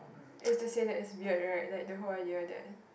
is to say that is weird right like the whole idea that